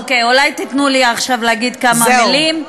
בסדר, אולי תיתנו לי עכשיו להגיד כמה מילים.